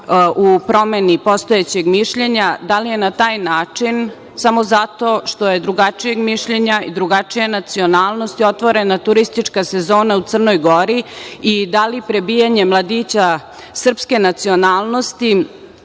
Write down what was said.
u promeni postojećeg mišljenja - da li je na taj način, samo zato što je drugačijeg mišljenja i drugačije nacionalnosti otvorena turistička sezona u Crnoj Gori i da li prebijanje mladića srpske nacionalnosti